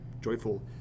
joyful